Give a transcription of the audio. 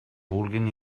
vulguin